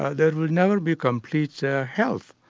ah there will never be complete ah health.